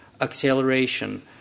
acceleration